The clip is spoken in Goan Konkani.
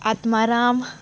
आत्माराम